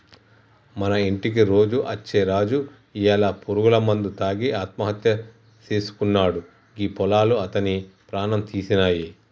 మన ఇంటికి రోజు అచ్చే రాజు ఇయ్యాల పురుగుల మందు తాగి ఆత్మహత్య సేసుకున్నాడు గీ పొలాలు అతని ప్రాణం తీసినాయి